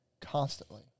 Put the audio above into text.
constantly